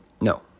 no